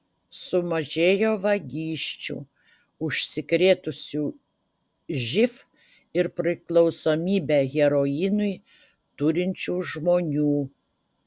sumažėjo vagysčių užsikrėtusių živ ir priklausomybę heroinui turinčių žmonių